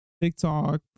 TikTok